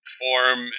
form